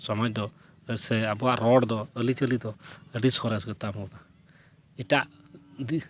ᱥᱚᱢᱟᱡᱽ ᱫᱚ ᱥᱮ ᱟᱵᱚᱣᱟᱜ ᱨᱚᱲ ᱫᱚ ᱟᱹᱨᱤᱪᱟᱞᱤ ᱫᱚ ᱟᱹᱰᱤ ᱥᱚᱨᱮᱥ ᱜᱮᱛᱟ ᱵᱚᱱᱟ ᱮᱴᱟᱜ ᱫᱤ